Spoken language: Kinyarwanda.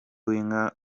w’inka